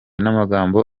n’amagambo